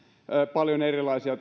paljon erilaisia